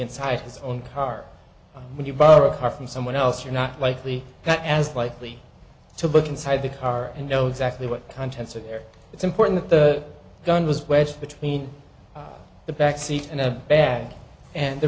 inside his own car when you borrow a car from someone else you're not likely that as likely to book inside the car and know exactly what contents are there it's important that the gun was wedged between the back seat and the bag and there